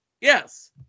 Yes